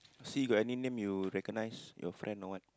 see got any name you recognise your friend or what